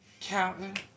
counting